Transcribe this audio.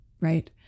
right